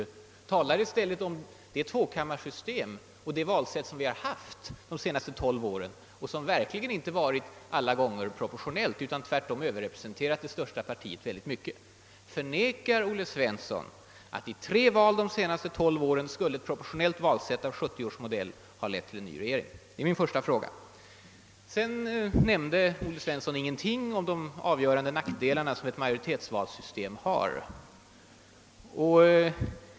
Han talar i stället om det tvåkammarsystem och det valsätt vi haft under de senaste 12 åren och som verkligen inte varit proportionellt alla gånger utan tvärtom gett det största partiet en kraftig överrepresentation. Min första fråga är: Förnekar herr Svensson att ett proportionellt valsätt av 1970 års modell skulle ha inneburit en ny regering vid tre val de senaste 12 åren? Vidare nämnde herr Svensson inte någonting om de avgörande nackdelar som ett majoritetsvalsystem har.